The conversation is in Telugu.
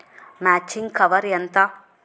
మల్చింగ్ కవర్ ఎంత?